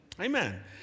Amen